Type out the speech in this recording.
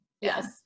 Yes